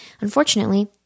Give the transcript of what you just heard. Unfortunately